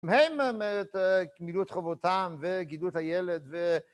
‫הם מילאו את חובתם ‫וגידלו את הילד ו...